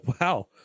Wow